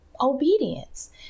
obedience